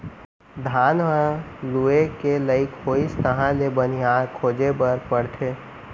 धान ह लूए के लइक होइस तहाँ ले बनिहार खोजे बर परथे